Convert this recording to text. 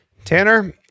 Tanner